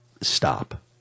stop